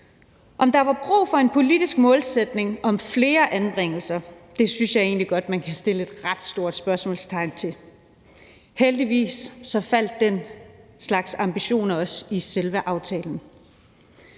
Om der var brug for en politisk målsætning om flere anbringelser, synes jeg egentlig godt man kan sætte et ret stort spørgsmålstegn ved. Heldigvis faldt den slags ambitioner også i selve aftalen.